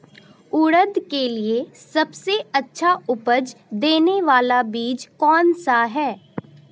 उड़द के लिए सबसे अच्छा उपज देने वाला बीज कौनसा है?